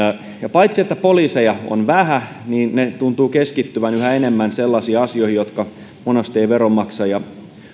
paitsi että poliiseja on vähän ne tuntuvat keskittyvän yhä enemmän sellaisiin asioihin jotka monasti eivät veronmaksajia